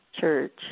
church